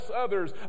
others